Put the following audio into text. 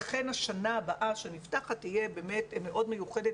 לכן השנה הבאה שנפתחת תהיה באמת מאוד מיוחדת